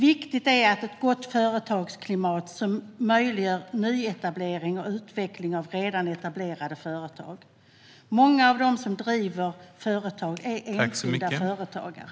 Viktigt är ett gott företagsklimat som möjliggör nyetablering och utveckling av redan etablerade företag. Många av dem som driver företag är enskilda företagare.